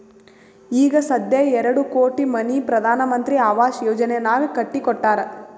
ಈಗ ಸಧ್ಯಾ ಎರಡು ಕೋಟಿ ಮನಿ ಪ್ರಧಾನ್ ಮಂತ್ರಿ ಆವಾಸ್ ಯೋಜನೆನಾಗ್ ಕಟ್ಟಿ ಕೊಟ್ಟಾರ್